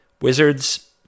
Wizards